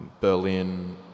Berlin